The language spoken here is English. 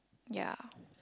ya